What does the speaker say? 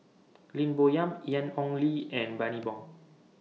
Lim Bo Yam Ian Ong Li and Bani Buang